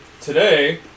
Today